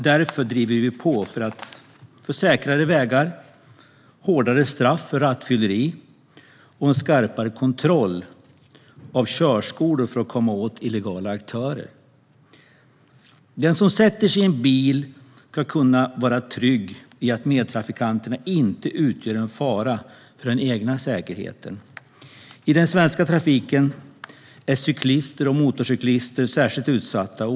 Därför driver vi på för säkrare vägar, hårdare straff för rattfylleri och skarpare kontroll av körskolor för att komma åt illegala aktörer. Den som sätter sig i en bil ska kunna vara trygg i att medtrafikanterna inte utgör en fara för den egna säkerheten. I den svenska trafiken är cyklister och motorcyklister särskilt utsatta.